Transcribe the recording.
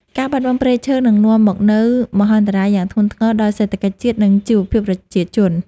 ការបាត់បង់ព្រៃឈើនឹងនាំមកនូវមហន្តរាយយ៉ាងធ្ងន់ធ្ងរដល់សេដ្ឋកិច្ចជាតិ និងជីវភាពប្រជាជន។